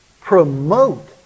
promote